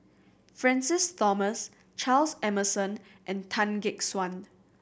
Francis Thomas Charles Emmerson and Tan Gek Suan